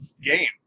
game